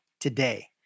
today